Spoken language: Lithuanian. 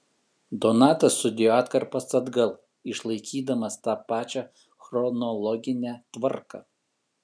donatas sudėjo atkarpas atgal išlaikydamas tą pačią chronologinę tvarką